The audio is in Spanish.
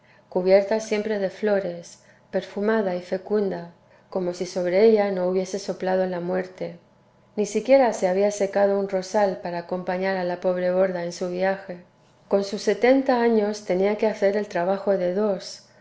cubierta siempre de flores perfumada y fecunda como si sobre ella no hubiese soplado la muerte ni siquiera se había secado un rosal para acompañar a la pobre borda en su viaje con sus setenta años tenía que hacer el trabajo de dos